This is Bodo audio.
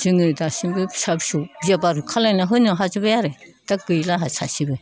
जोङो दासिमबो फिसा फिसौ बिया बारखोलायना होजोबनो हाबाय आरो दा गैला सासेबो